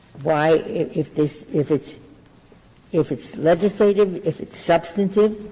why if this if it's if it's legislative, if it's substantive,